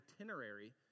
itinerary